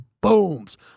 booms